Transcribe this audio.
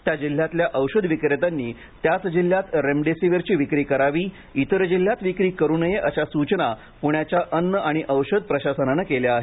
त्या जिल्ह्यातल्या औषध विक्रेत्यांनी त्याच जिल्ह्यात रेमडेसिवीरची विक्री करावी इतर जिल्ह्यात विक्री करू नये अशा सूचना पुण्याच्या अन्न आणि औषध प्रशासनानं केल्या आहेत